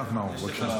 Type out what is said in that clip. קח, נאור, בבקשה.